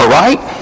right